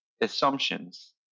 assumptions